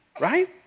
right